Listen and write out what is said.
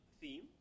theme